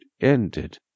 ended